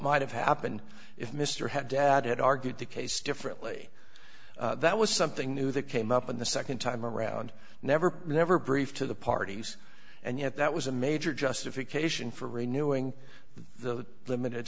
might have happened if mr had dad had argued the case differently that was something new that came up in the nd time around never never briefed to the parties and yet that was a major justification for renewing the limited